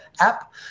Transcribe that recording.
app